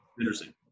interesting